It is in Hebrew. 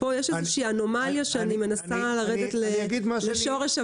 יש פה איזושהי אנומליה שאני מנסה לרדת לשורשה.